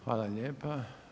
Hvala lijepa.